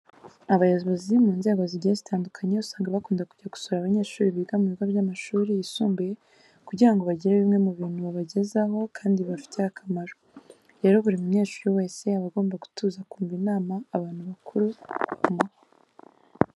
Abayobozi mu nzego zigiye zitandukanye usanga bakunda kujya gusura abanyeshuri biga mu bigo by'amashuri yisumbuye kugira ngo bagire bimwe mu bintu babagezaho kandi bibafitiye akamaro. Rero buri munyeshuri wese aba agomba gutuza akumva inama abantu bakuru bamuha.